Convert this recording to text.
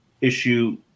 issue